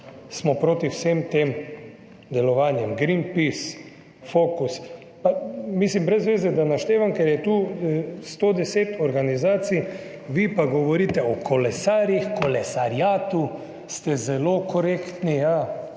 kar proti vsem tem delovanjem. Greenpeace, Focus … Mislim, da je brez zveze, da naštevam, ker je tu 110 organizacij, vi pa govorite o kolesarjih, kolesariatu, zelo ste korektni, ja,